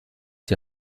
die